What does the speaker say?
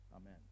Amen